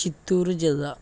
చిత్తూరు జిల్లా